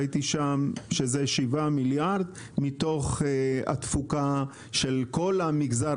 ראיתי שם שזה 7 מיליארד מתוך התפוקה של כל המגזר